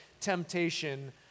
temptation